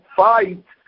fight